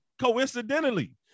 coincidentally